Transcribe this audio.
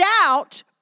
out